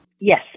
Yes